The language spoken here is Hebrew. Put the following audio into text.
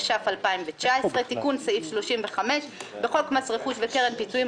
התש"ף 2019 "תיקון סעיף 35 1. בחוק מס רכוש וקרן פיצויים,